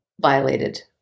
violated